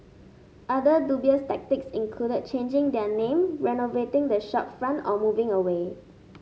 other dubious tactics included changing their name renovating the shopfront or moving away